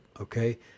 Okay